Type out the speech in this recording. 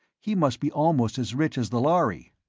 he must be almost as rich as the lhari.